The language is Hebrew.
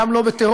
גם לא בטרור,